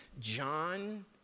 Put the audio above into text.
John